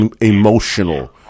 emotional